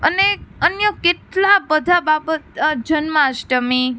અને અન્ય કેટલા બધા બાબત જન્માષ્ટમી